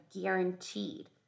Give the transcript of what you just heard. guaranteed